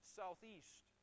southeast